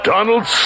Donald